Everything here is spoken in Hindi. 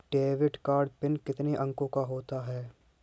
डेबिट कार्ड पिन कितने अंकों का होता है?